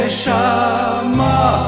Shama